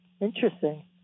Interesting